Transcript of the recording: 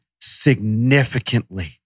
significantly